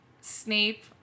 Snape